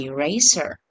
Eraser